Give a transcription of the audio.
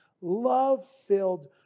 love-filled